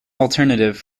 alternative